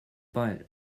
but